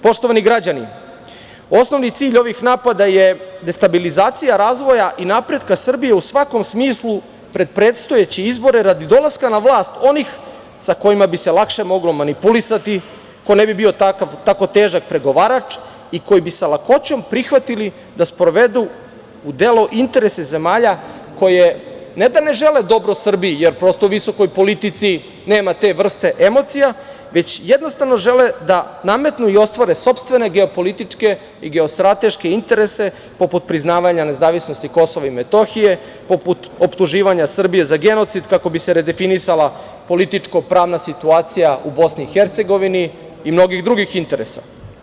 Poštovani građani, osnovni cilj ovih napada je destabilizacija razvoja i napretka Srbije u svakom smislu, pred predstojeće izbore radi dolaska na vlast onih sa kojima bi se lakše moglo manipulisati, ko ne bi bio tako težak pregovarač i koje bi sa lakoćom prihvatili da sprovodu u delo interese zemalja koje ne da ne žele dobro Srbiji, jer prosto u visokoj politici nema te vrste emocija, već jednostavno žele da nametnu i ostvare svoje sopstvene geopolitičke i geostrateške interese, poput priznavanja nezavisnosti KiM, poput optuživanja Srbije za genocid kako bi se redefinisala političko-pravna situacija u BiH i mnogih drugih interesa.